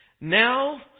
Now